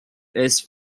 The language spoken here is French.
hesse